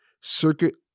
Circuit